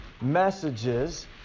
messages